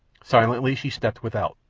silently she stepped without.